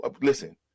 Listen